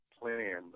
plan